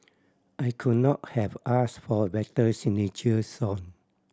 I could not have asked for a better signature song